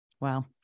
Wow